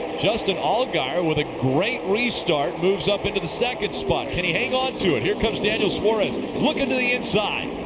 justin allgaier with a great restart moves up into the second spot. can he hang onto it? here comes daniel suarez looking to the inside.